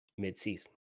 midseason